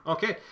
Okay